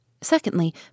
Secondly